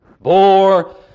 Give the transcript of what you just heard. bore